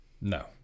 No